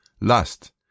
lust